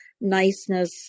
niceness